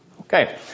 Okay